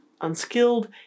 unskilled